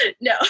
No